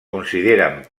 consideren